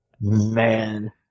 Man